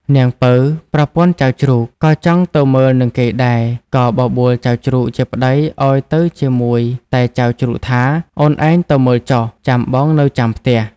នាងពៅប្រពន្ធចៅជ្រូក ក៏ចង់ទៅមើលនឹងគេដែរ ក៏បបួលចៅជ្រូកជាប្ដីឱ្យទៅជាមួយ តែចៅជ្រូកថា អូនឯងទៅមើលចុះ ចាំបងនៅចាំផ្ទះ។